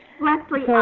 Leslie